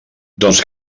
doncs